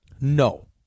No